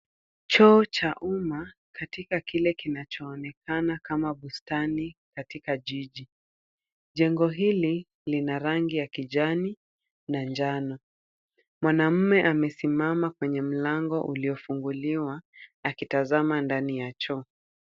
Choo cha umma katika kile kinachoonekana kama bustani katika jiji. Jengo hili lina rangi ya kijani na njano. Mwanaume amesimama kwenye mlango uliofunguliwa akitazama ndani ya choo.